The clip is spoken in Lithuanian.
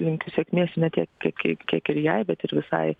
linkiu sėkmės ne tiek kiek kiek ir jai bet ir visai